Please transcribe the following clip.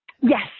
yes